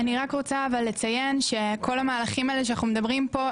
אני רק רוצה לציין שכל המהלכים שאנחנו מדברים פה,